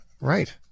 Right